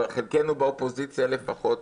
חלקנו באופוזיציה לפחות,